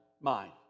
mind